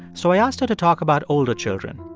so i asked her to talk about older children.